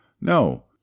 no